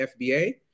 FBA